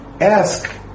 ask